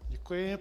Děkuji.